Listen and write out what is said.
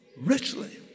Richly